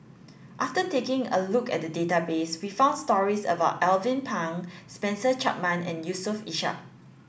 after taking a look at the database we found stories about Alvin Pang Spencer Chapman and Yusof Ishak